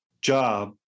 job